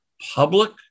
public